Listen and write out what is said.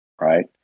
right